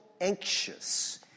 anxious